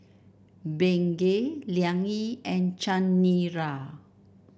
Bengay Liang Yi and Chanira